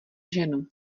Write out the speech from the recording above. ženu